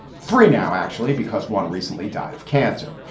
three now, actually, because one recently died of cancer.